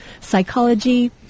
Psychology